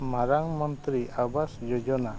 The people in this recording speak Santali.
ᱢᱟᱨᱟᱝ ᱢᱚᱱᱛᱨᱤ ᱟᱵᱟᱥ ᱡᱳᱡᱚᱱᱟ